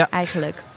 eigenlijk